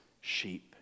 sheep